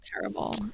terrible